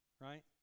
right